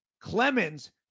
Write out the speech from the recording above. Clemens